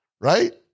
Right